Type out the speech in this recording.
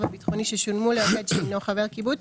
הביטחוני ששולמו לעובד שאינו חבר קיבוץ,